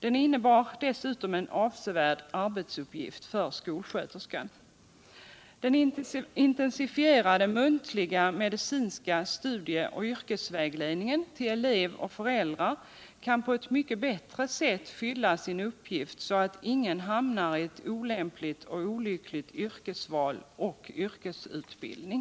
Den innebar dessutom en avsevärd arbetsuppgift för skolsköterskan. Den intensifierade muntliga medicinska studie och yrkesvägledningen till elev och föräldrar kan på eu mycket bättre sätt fylla sin uppgift så att ingen hamnar i ett olämpligt och olyckligt yrkesval och yrkesutbildning.